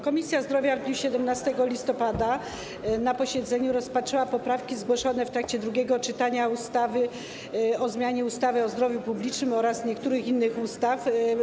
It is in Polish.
Komisja Zdrowia w dniu 17 listopada na posiedzeniu rozpatrzyła poprawki zgłoszone w trakcie drugiego czytania ustawy o zmianie ustawy o zdrowiu publicznym oraz niektórych innych ustaw.